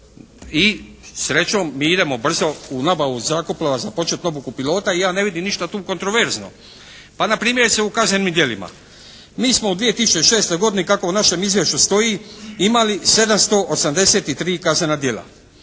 I srećom mi idemo brzo u nabavu zrakoplova za početnu obuku pilota i ja ne vidim tu ništa kontraverzno. Pa npr. o kaznenim djelima. Mi smo u 2006. godini, kako u našem izvješću stoji imali 783 kaznena djela.